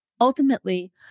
Ultimately